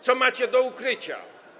Co macie do ukrycia?